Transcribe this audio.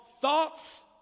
thoughts